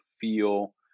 feel